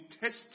test